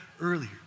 earlier